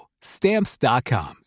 stamps.com